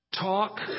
Talk